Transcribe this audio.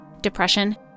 Depression